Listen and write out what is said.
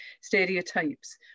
stereotypes